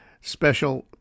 special